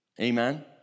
amen